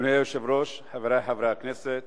אדוני היושב-ראש, חברי חברי הכנסת,